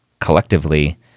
collectively